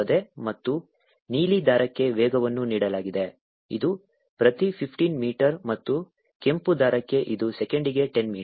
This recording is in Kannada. ಮತ್ತು ನೀಲಿ ದಾರಕ್ಕೆ ವೇಗವನ್ನು ನೀಡಲಾಗಿದೆ ಇದು ಪ್ರತಿ 15 ಮೀಟರ್ ಮತ್ತು ಕೆಂಪು ದಾರಕ್ಕೆ ಇದು ಸೆಕೆಂಡಿಗೆ 10 ಮೀಟರ್